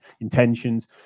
intentions